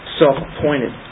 self-appointed